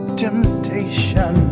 temptation